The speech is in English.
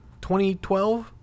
2012